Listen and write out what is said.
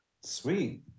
sweet